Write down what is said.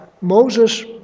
Moses